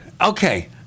Okay